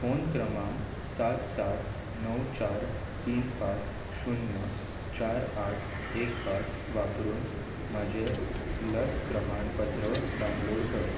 phone क्रमांक सात सात णव चार तीन पांच शुन्य चार आठ एक पांच वापरून म्हजें लस प्रमाणपत्र डावनलोड कर